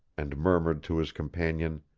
and murmured to his companion,